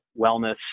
wellness